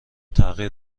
تغییر